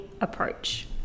approach